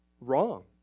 wrong